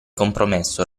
compromesso